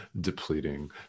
depleting